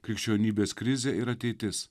krikščionybės krizė ir ateitis